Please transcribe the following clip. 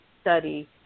study